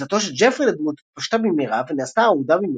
גרסתו של ג'פרי לדמות התפשטה במהרה ונעשתה אהודה במיוחד,